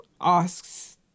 asks